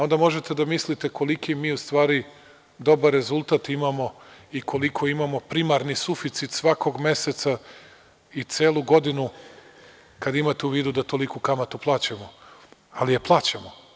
Onda možete da mislite koliki mi u stvari dobar rezultat imamo i koliko imamo primarni suficit svakog meseca i celu godinu, kada imate u vidu da toliku kamatu plaćamo, ali je plaćamo.